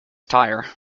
tire